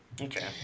Okay